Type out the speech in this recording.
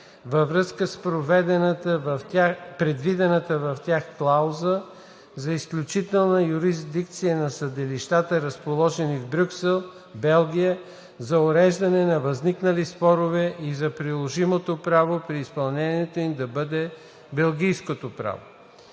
във връзка с предвидената в тях клауза за изключителна юрисдикция на съдилищата, разположени в Брюксел, Белгия, за уреждане на възникнали спорове и за приложимото право при изпълнението им да бъде белгийското право.